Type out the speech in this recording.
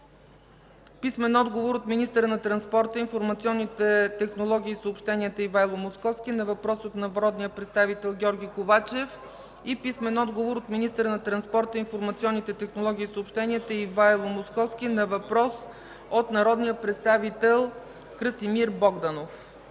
Михо Михов; - министъра на транспорта, информационните технологии и съобщенията Ивайло Московски на въпрос от народния представител Георги Ковачев; - министъра на транспорта, информационните технологии и съобщенията Ивайло Московски на въпрос от народния представител Красимир Богданов.